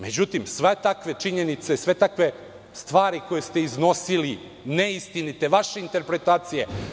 Međutim, sve takve činjenice, sve takve stvari koje ste iznosili, neistinite, vaše interpretacije.